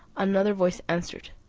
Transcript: another voice answered,